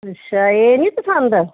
ਅੱਛਾ ਇਹ ਨਹੀਂ ਪਸੰਦ